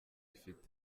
afite